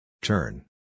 Turn